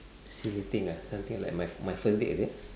silly thing ah something like my first date is it